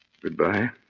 Goodbye